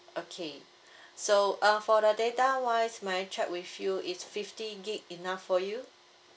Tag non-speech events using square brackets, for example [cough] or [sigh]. okay [breath] so uh for the data wise may I check with you is fifty gig enough for you